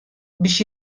biex